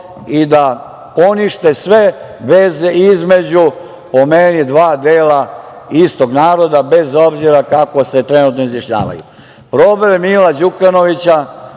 i da ponište sve veze između, po meni, dva dela istog naroda, bez obzira kako se trenutno izjašnjavaju. Problem Mila Đukanovića